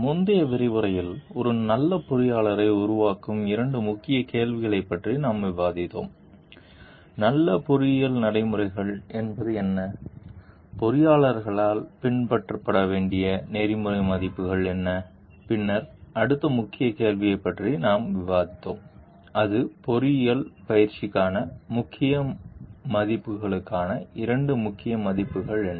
முந்தைய விரிவுரையில் ஒரு நல்ல பொறியியலாளரை உருவாக்கும் இரண்டு முக்கிய கேள்விகளைப் பற்றி நாம் விவாதித்தோம் நல்ல பொறியியல் நடைமுறைகள் என்பது என்ன பொறியியலாளர்களால் பின்பற்றப்பட வேண்டிய நெறிமுறை மதிப்புகள் என்ன பின்னர் அடுத்த முக்கிய கேள்வியைப் பற்றி நாம் விவாதித்தோம் அது பொறியியல் பயிற்சிக்கான முக்கிய மதிப்புகளுக்கான இரண்டு முக்கியமான மதிப்புகள் என்ன